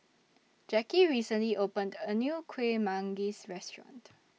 Jacki recently opened A New Kueh Manggis Restaurant